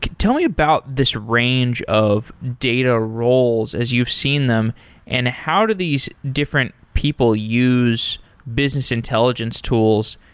tell me about this range of data rolls as you've seen them and how do these different people use business intelligence tools.